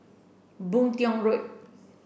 Boon Tiong Road